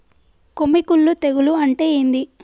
కొమ్మి కుల్లు తెగులు అంటే ఏంది?